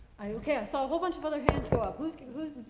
i okay, i saw a whole bunch of other hands go up. who's getting, who's,